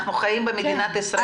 אנחנו חיים במדינת ישראל.